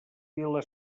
vila